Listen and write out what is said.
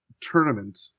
tournament